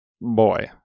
boy